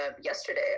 yesterday